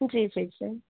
जी जी जी